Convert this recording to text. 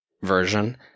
version